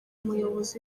umuyobozi